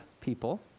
people